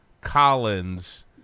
Collins